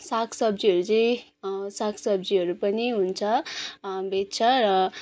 साग सब्जीहरू चाहिँ साग सब्जीहरू पनि हुन्छ बेच्छ र